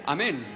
Amen